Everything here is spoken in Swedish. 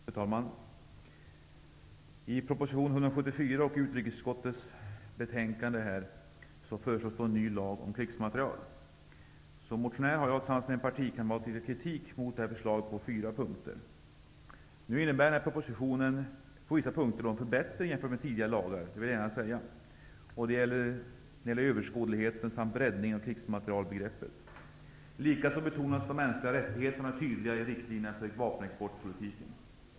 Fru talman! I proposition 174 och i utrikesutskottets betänkande föreslås en ny lag gällande krigsmaterial. Som motionär har jag tillsammans med en partikamrat riktat kritik mot det här förslaget på fyra punkter. Nu innebär propositionen förbättringar på vissa punkter jämfört med tidigare lagar. Det gäller överskådligheten samt breddningen av krigsmaterialbegreppet. Även de mänskliga rättigheterna betonas tydligare i riktlinjerna för vapenexportpolitiken.